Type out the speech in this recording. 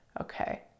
Okay